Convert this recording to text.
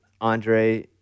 Andre